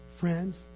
friends